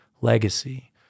legacy